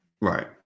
Right